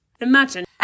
Imagine